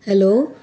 hello